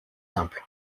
simple